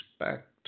respect